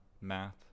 math